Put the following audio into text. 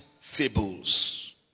fables